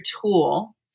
tool